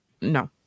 no